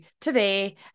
today